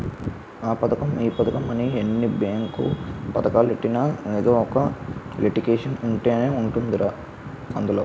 ఆ పదకం ఈ పదకమని ఎన్ని బేంకు పదకాలెట్టినా ఎదో ఒక లిటికేషన్ ఉంటనే ఉంటదిరా అందులో